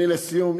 לסיום,